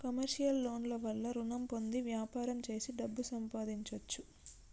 commercial loan ల వల్ల రుణం పొంది వ్యాపారం చేసి డబ్బు సంపాదించొచ్చు